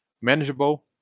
manageable